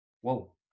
Whoa